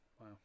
Wow